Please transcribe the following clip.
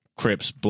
Crips